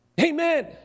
Amen